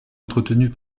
entretenus